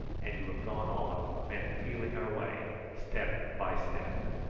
and to have gone on meant feeling our way step by step.